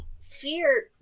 fear